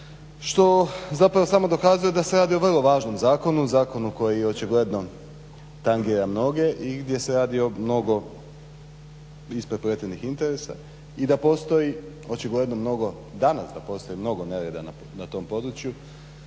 što zapravo samo dokazuje da se radi o vrlo važnom zakonu, zakonu koji očigledno tangira mnoge i gdje se radi o mnogo isprepletenih interesa i da postoji očigledno mnogo danas da postoji mnogo nereda u tom području